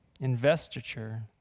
investiture